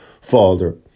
Father